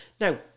Now